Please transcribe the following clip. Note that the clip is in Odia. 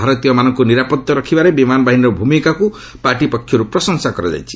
ଭାରତୀୟମାନଙ୍କୁ ନିରାପଦ ରଖିବାରେ ବିମାନ ବାହିନୀର ଭୂମିକାକୁ ପାର୍ଟି ପକ୍ଷର୍ ପ୍ରଶଂସା କରାଯାଇଛି